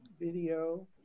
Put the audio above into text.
video